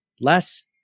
less